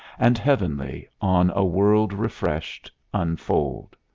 and heavenly, on a world refreshed, unfold.